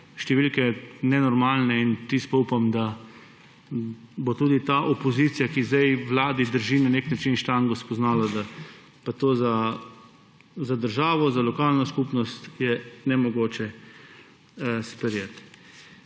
številke nenormalne in upam, da bo tudi ta opozicija, ki zdaj Vladi drži na neki način štango, spoznala, da je to za državo, za lokalno skupnost nemogoče sprejeti.